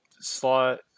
slot